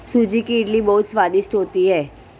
सूजी की इडली बहुत स्वादिष्ट होती है